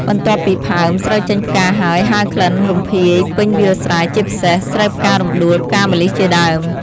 បន្ទាប់ពីផើម ស្រូវចេញផ្កាហើយហើរក្លិនរំភាយពេញវាលស្រែ ជាពិសេស ស្រូវផ្ការំដួល ផ្កាម្លិះជាដើម។